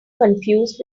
confused